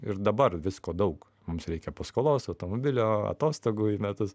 ir dabar visko daug mums reikia paskolos automobilio atostogų į metus